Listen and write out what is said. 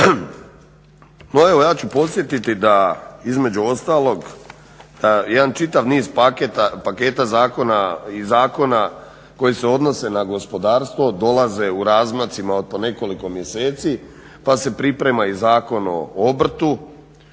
No evo ja ću podsjetiti da između ostalog jedan čitav niz paketa zakona i zakona koji se odnose na gospodarstvo dolaze u razmacima od po nekoliko mjeseci pa se priprema i Zakon o obrtu,